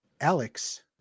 Alex